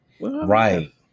Right